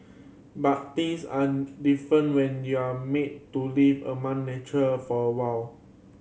but things are different when you're made to live among nature for awhile